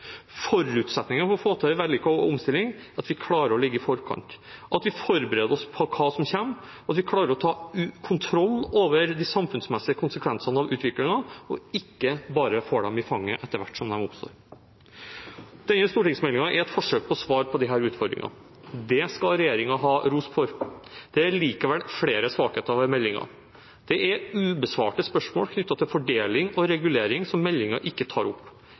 Forutsetningen for å få til en vellykket omstilling er at vi klarer å ligge i forkant, at vi forbereder oss på hva som kommer, og at vi klarer å ta kontroll over de samfunnsmessige konsekvensene av utviklingen og ikke bare får dem i fanget etter hvert som de oppstår. Denne stortingsmeldingen er et forsøk på å svare på disse utfordringene. Det skal regjeringen ha ros for. Det er likevel flere svakheter ved meldingen. Det er ubesvarte spørsmål knyttet til fordeling og regulering som meldingen ikke tar opp.